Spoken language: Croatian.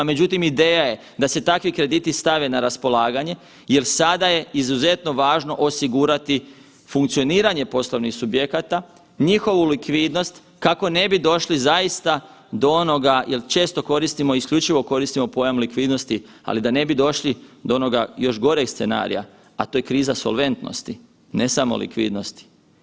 Međutim, ideja je da se takvi krediti stave na raspolaganje jel sada je izuzetno važno osigurati funkcioniranje poslovnih subjekata, njihovu likvidnost kako ne bi došli zaista do onoga jel često koristimo i isključivo koristimo pojam likvidnosti, ali da ne bi došli do onoga još goreg scenarija, a to je kriza solventnosti, ne samo likvidnosti.